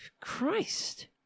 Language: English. Christ